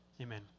Amen